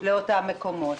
לאותם מקומות.